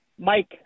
Mike